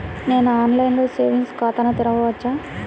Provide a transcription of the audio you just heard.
నేను ఆన్లైన్లో సేవింగ్స్ ఖాతాను తెరవవచ్చా?